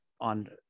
on-